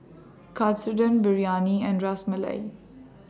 Katsudon Biryani and Ras Malai